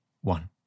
one